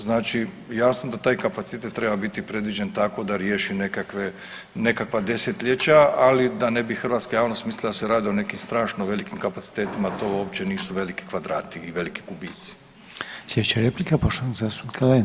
Znači jasno da taj kapacitet treba biti predviđen tako da riješi nekakva desetljeća, ali da ne bi hrvatska javnost mislila da se radi o nekim strašno velikim kapacitetima to uopće nisu veliki kvadrati i veliki gubici.